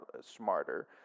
smarter